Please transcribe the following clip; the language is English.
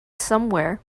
somewhere